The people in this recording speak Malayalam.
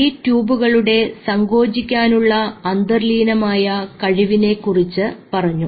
ഈ ട്യൂബുകളുടെ സങ്കോചിക്കാനുള്ള അന്തർലീനമായ കഴിവിനെ കുറിച്ച് പറഞ്ഞു